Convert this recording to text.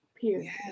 period